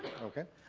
okay.